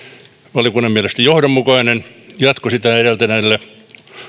valiokunnan mielestä johdonmukainen jatko sitä edeltäneille